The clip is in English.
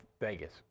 vegas